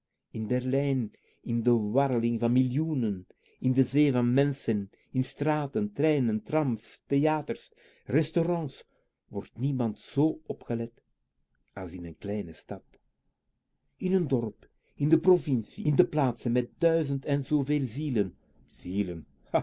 in berlijn in de warreling van millioenen in de zee van menschen in straten treinen trams theaters restaurants wordt niemand z opgelet als in n kleine stad in n dorp in de provincie in de plaatsen met duizend en zooveel